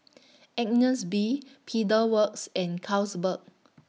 Agnes B Pedal Works and Carlsberg